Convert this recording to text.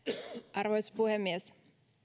arvoisa puhemies